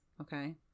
okay